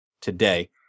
today